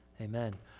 Amen